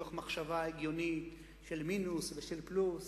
מתוך מחשבה הגיונית של מינוס ושל פלוס,